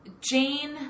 Jane